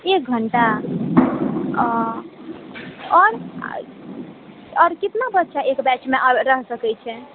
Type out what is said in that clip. एक घण्टा आ आओर आओर कितना बच्चा एक बैचमे आ रहि सकैत छै